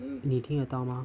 你听得到吗